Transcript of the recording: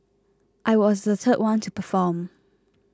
I was the third one to perform